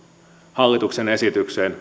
hallituksen esitykseen